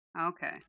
Okay